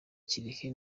kirehe